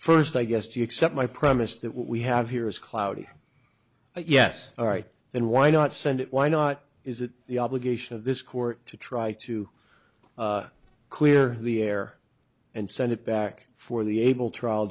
first i guess do you accept my premise that what we have here is cloudy yes all right then why not send it why not is it the obligation of this court to try to clear the air and send it back for the able trial